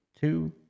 two